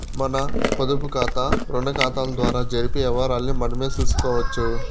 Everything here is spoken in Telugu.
మన పొదుపుకాతా, రుణాకతాల ద్వారా జరిపే యవ్వారాల్ని మనమే సూసుకోవచ్చు